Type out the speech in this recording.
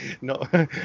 No